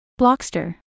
Blockster